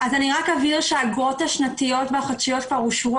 אני אבהיר שהאגרות השנתיות והחודשיות כבר אושרו